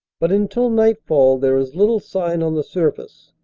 but, until nightfall, there is little sign on the surface.